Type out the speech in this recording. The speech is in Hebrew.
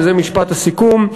וזה משפט הסיכום,